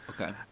Okay